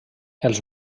els